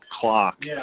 clock